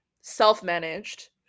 self-managed